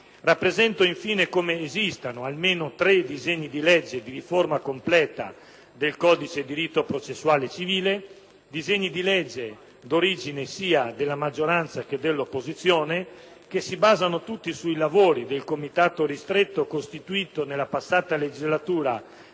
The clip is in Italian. Rappresento infine come esistano almeno tre disegni di legge di riforma completa del codice di rito processuale civile, disegni di legge d'origine sia della maggioranza che dell'opposizione, che si basano tutti sui lavori del comitato ristretto costituito nella precedente legislatura all'interno